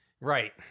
Right